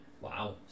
Wow